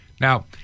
Now